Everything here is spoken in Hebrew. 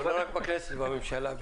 לא רק בכנסת, גם בממשלה.